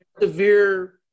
severe